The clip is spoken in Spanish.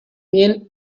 bien